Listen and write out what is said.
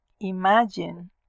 imagine